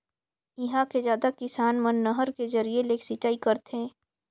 इहां के जादा किसान मन नहर के जरिए ले सिंचई करथे